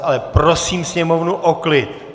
Ale prosím sněmovnu o klid!